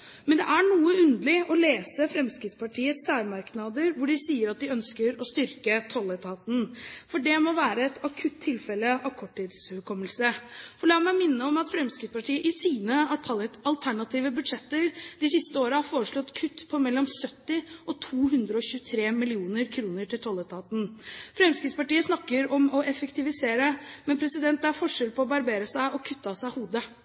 Men det er noe underlig å lese Fremskrittspartiets særmerknader, hvor de sier at de ønsker å styrke tolletaten, for det må være et akutt tilfelle av korttidshukommelse. La meg minne om at Fremskrittspartiet i sine alternative budsjetter de siste årene har foreslått kutt på mellom 70 mill. kr og 223 mill. kr i tolletatens budsjetter. Fremskrittspartiet snakker om å effektivisere, men det er forskjell på å barbere seg og å kutte av seg hodet.